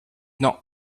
not